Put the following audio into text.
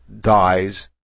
dies